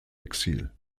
exil